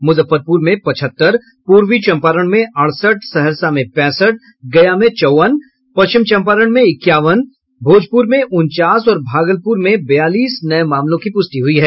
मुजफ्फरपुर में पचहत्तर पूर्वी चम्पारण में अड़सठ सहरसा में पैंसठ गया में चौवन पश्चिम चम्पारण में इक्यावन भोजपुर में उनचास और भागलपुर में बयालीस नये मामलों की पुष्टि हुई है